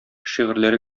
шигырьләре